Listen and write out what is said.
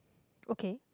ok